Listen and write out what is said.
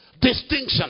distinction